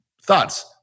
Thoughts